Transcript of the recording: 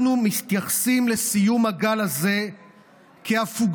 אנחנו מתייחסים לסיום הגל הזה כהפוגה.